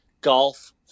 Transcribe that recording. golf